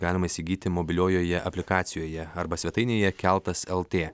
galima įsigyti mobiliojoje aplikacijoje arba svetainėje keltas lt